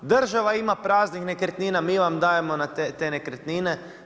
Država ima praznih nekretnina, mi vam dajemo te nekretnine.